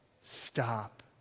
stop